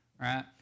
right